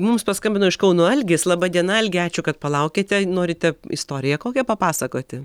mums paskambino iš kauno algis laba diena algi ačiū kad palaukėte norite istoriją kokią papasakoti